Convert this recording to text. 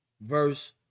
verse